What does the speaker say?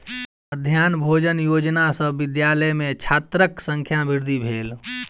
मध्याह्न भोजन योजना सॅ विद्यालय में छात्रक संख्या वृद्धि भेल